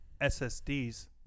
SSDs